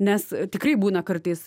nes tikrai būna kartais